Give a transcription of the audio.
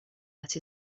that